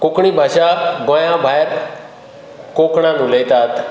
कोंकणी भाशा गोंया भायर कोंकणांत उलयतात